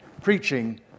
preaching